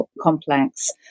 complex